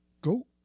Go